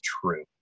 true